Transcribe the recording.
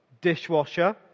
dishwasher